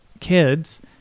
kids